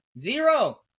Zero